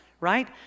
right